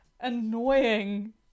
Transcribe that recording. annoying